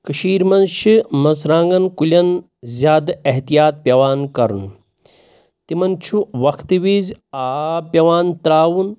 کٔشیٖر منٛز چھِ مژرٛانٛگَن کُلٮ۪ن زیادٕ احتیاط پٮ۪وان کَرُن تِمَن چھُ وَقتہٕ وِزِ آب پٮ۪وان ترٛاوُن